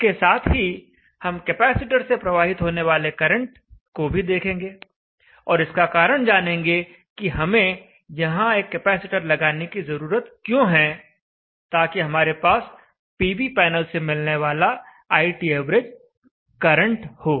इसके साथ ही हम कैपेसिटर से प्रवाहित होने वाले करंट को भी देखेंगे और इसका कारण जानेंगे कि हमें यहां एक कपैसिटर लगाने की जरूरत क्यों है ताकि हमारे पास पीवी पैनल से मिलने वाला iTav करंट हो